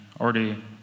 already